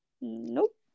Nope